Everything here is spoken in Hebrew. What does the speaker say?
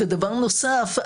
דבר נוסף,